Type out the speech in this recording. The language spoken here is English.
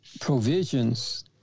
provisions